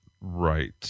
right